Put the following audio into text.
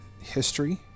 history